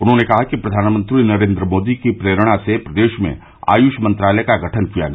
उन्होंने कहा कि प्रधानमंत्री नरेन्द्र मोदी की प्रेरणा से प्रदेश में आयुष मंत्रालय का गठन किया गया